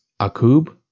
Akub